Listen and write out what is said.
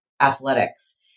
athletics